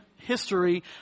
history